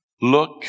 Look